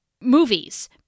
movies